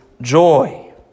joy